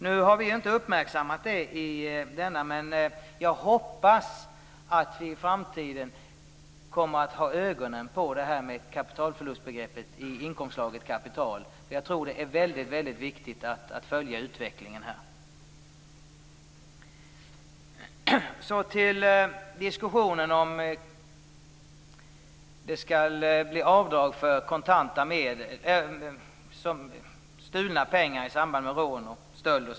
Nu har vi inte uppmärksammat det, men jag hoppas att vi i framtiden kommer att ha ögonen på kapitalförlustbegreppet för inkomstslaget kapital. Jag tror att det är viktigt att följa utvecklingen på den här punkten. Så till diskussionen om avdrag för stulna pengar i samband med rån och stöld.